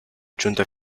giunta